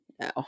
no